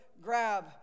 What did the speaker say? grab